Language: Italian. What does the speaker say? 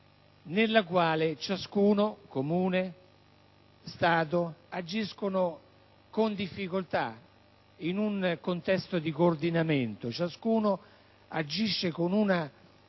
nella quale ciascuno, Comune e Stato, agisce con difficoltà in un contesto di coordinamento, ma ognuno con una